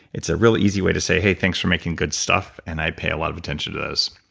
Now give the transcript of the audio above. it's a really easy way to say, hey, thanks for making good stuff, and i pay a lot of attention to those.